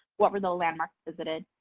what were the landmarks visited,